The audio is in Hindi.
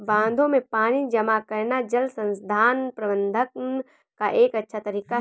बांधों में पानी जमा करना जल संसाधन प्रबंधन का एक अच्छा तरीका है